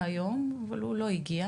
אזורי,